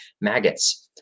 maggots